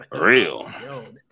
Real